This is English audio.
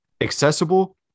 accessible